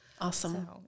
Awesome